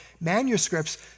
manuscripts